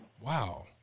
Wow